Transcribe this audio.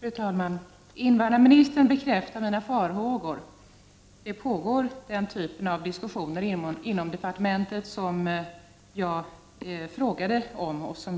Fru talman! Invandrarministern bekräftade mina farhågor: den typ av diskussioner som jag frågade om pågår inom departementet.